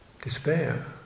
despair